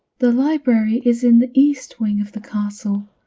the library is in the east wing of the castle.